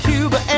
Cuba